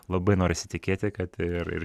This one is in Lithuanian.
labai norisi tikėti kad ir ir